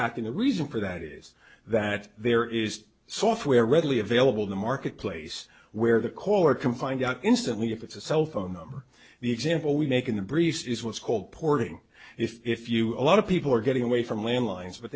act in the reason for that is that there is software readily available in the marketplace where the caller can find out instantly if it's a cell phone number the example we make in the breeze is what's called porting if you a lot of people are getting away from